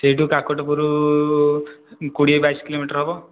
ସେଇଠୁ କାକଟପୁର କୋଡ଼ି ବାଇଶି କିଲୋମିଟର ହେବ